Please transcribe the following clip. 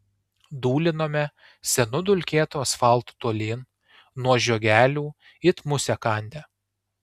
dūlinome senu dulkėtu asfaltu tolyn nuo žiogelių it musę kandę